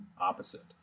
opposite